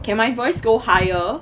can my voice go higher